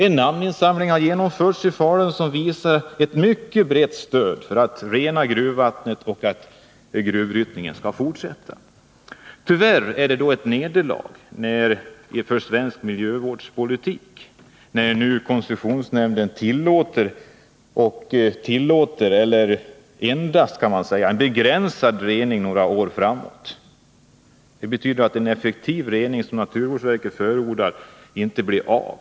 En namninsamling har genomförts i Falun som visar ett mycket Nr 58 brett stöd för kraven på att gruvvattnet skall renas och att gruvdriften skall 13 januari 1981 Tyvärr är det ett nederlag för svensk miljövårdspolitik när konsumtions nämnden nu för några år framåt tillåter en endast begränsad rening av gruvvattnet. Det betyder att en effektiv rening, som naturvårdsverket förordar, inte blir av.